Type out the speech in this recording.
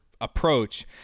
approach